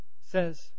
says